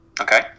Okay